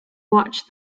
watched